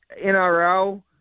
NRL